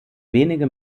wenige